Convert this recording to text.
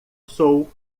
sou